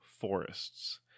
Forests